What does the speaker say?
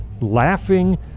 laughing